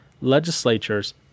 legislatures